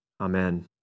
Amen